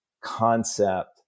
concept